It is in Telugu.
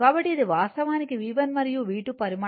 కాబట్టి ఇది వాస్తవానికి V1 మరియు V2 పరిమాణాలు